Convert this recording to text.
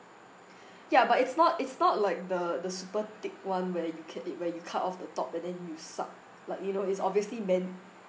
ya but it's not it's not like the the super thick one where you can eat where you cut off the top and then you suck like you know it's obviously meant